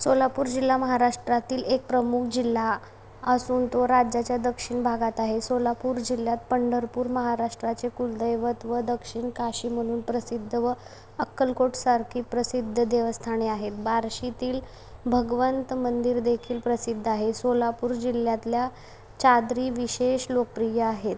सोलापूर जिल्हा महाराष्ट्रातील एक प्रमुख जिल्हा असून तो राज्याच्या दक्षिण भागात आहे सोलापूर जिल्ह्यात पंढरपूर महाराष्ट्राचे कुलदैवत व दक्षिण काशी म्हणून प्रसिद्ध व अक्कलकोटसारखी प्रसिद्ध देवस्थाने आहेत बार्शीतील भगवंत मंदिरदेखील प्रसिद्ध आहे सोलापूर जिल्ह्यातल्या चादरी विशेष लोकप्रिय आहेत